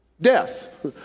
death